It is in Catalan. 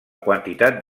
quantitat